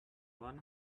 one